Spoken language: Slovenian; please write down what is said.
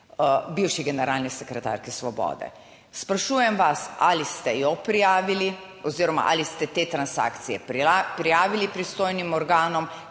bivši generalni sekretarki Svobode. Sprašujem vas ali ste jo prijavili oziroma ali ste te transakcije prijavili pristojnim organom?